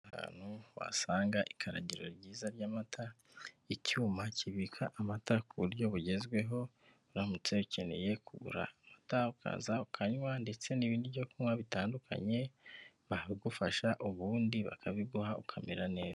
Ahantu wasanga ikaragiro ryiza ry'amata, icyuma kibika amata ku buryo bugezweho uramutse ukeneye kugura amata ukaza ukanywa ndetse n'ibindi byo bitandukanye babigufasha ubundi bakabiguha ukamera neza.